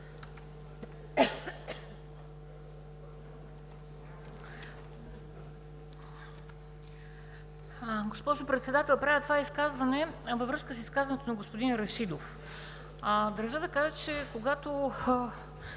Госпожо Председател, правя това изказване във връзка с изказването на господин Рашидов. Държа да кажа, че, когато